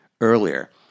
earlier